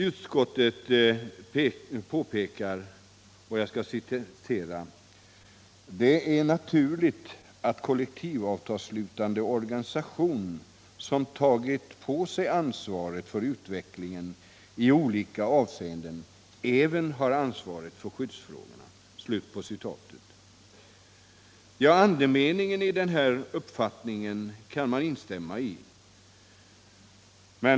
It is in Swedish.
Utskottet påpekar att ”det är naturligt att kollektivavtalsslutande organisation, som tagit på sig ansvaret för utvecklingen i olika avseenden, även har ansvaret för arbetarskyddsfrågor”. Ja, andemeningen i denna skrivning kan man instämma i.